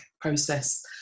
process